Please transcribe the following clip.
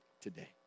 today